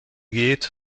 geht